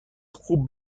خوب